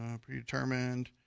Predetermined